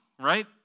right